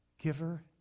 giver